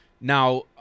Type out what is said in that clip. Now